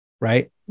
Right